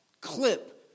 clip